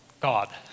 God